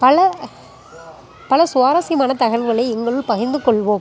பல பல சுவாரஸ்யமான தகல்வுகளை எங்களுள் பகிர்ந்து கொள்வோம்